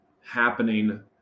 happening